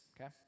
okay